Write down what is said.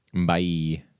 Bye